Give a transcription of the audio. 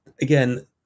again